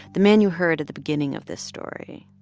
the man you heard at the beginning of this story.